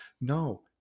No